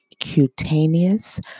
cutaneous